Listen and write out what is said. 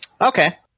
Okay